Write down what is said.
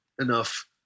enough